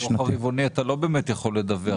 בדוח הרבעוני אתה לא באמת יכול לדווח.